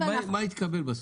מה הוא יקבל בסוף?